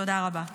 תודה רבה.